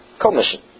commission